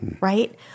right